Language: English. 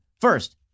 First